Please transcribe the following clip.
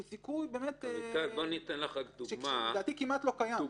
הוא סיכוי לדעתי שכמעט לא קיים.